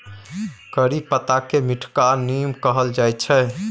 करी पत्ताकेँ मीठका नीम कहल जाइत छै